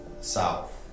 south